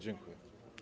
Dziękuję.